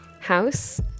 house